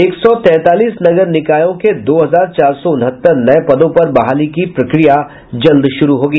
एक सौ तैंतालीस नगर निकायों के दो हजार चार सौ उनहत्तर नये पदों पर बहाली की प्रक्रिया जल्द शुरू होगी